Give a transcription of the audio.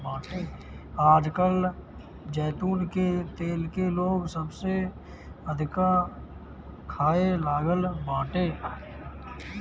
आजकल जैतून के तेल के लोग सबसे अधिका खाए लागल बाटे